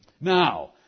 Now